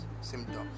symptoms